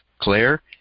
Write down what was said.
Claire